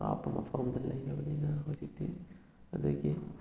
ꯑꯔꯥꯞꯄ ꯃꯐꯝꯗ ꯂꯩꯔꯕꯅꯤꯅ ꯍꯧꯖꯤꯛꯇꯤ ꯑꯗꯒꯤ